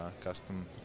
custom